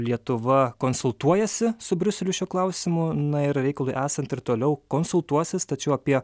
lietuva konsultuojasi su briuseliu šiuo klausimu na ir reikalui esant ir toliau konsultuosis tačiau apie